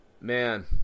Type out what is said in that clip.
man